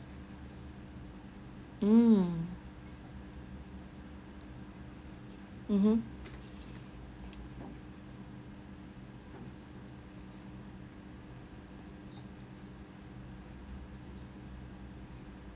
mm mmhmm